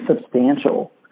substantial